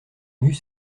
nus